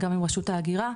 גם עם רשות ההגירה,